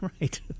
Right